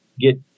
get